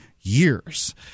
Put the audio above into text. years